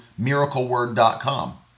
miracleword.com